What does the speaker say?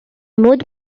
moved